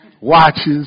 watches